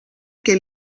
que